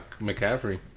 McCaffrey